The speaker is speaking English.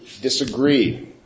disagree